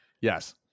Yes